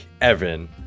Evan